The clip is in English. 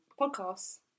podcasts